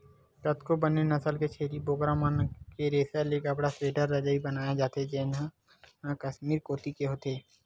कतको बने नसल के छेरी बोकरा मन के रेसा ले कपड़ा, स्वेटर, रजई बनाए जाथे जेन मन ह कस्मीर कोती के होथे